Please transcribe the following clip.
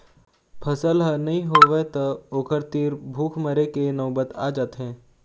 फसल ह नइ होवय त ओखर तीर भूख मरे के नउबत आ जाथे